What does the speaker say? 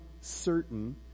certain